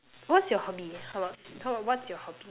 what's your hobby how about no what's your hobby